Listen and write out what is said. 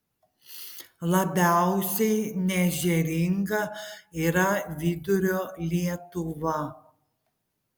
labiausiai neežeringa yra vidurio lietuva